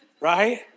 right